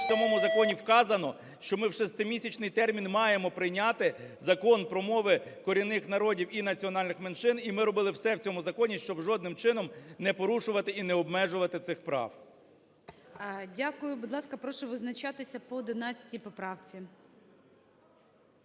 в самому законі вказано, що ми в шестимісячний термін маємо прийняти Закон про мови корінних народів і національних меншин, і ми робили все в цьому законі, щоб жодним чином не порушувати і не обмежувати цих прав. ГОЛОВУЮЧИЙ. Дякую. Будь ласка, прошу визначатися по 11 поправці.